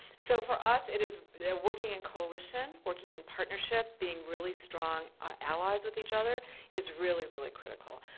so for us, it is working in coalition, working in partnership, being really strong ah allies with each other is really, really critical.